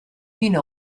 mina